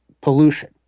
pollution